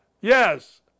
Yes